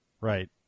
Right